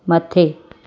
मथे